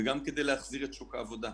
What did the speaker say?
וגם כדי להחזיר את שוק העבודה,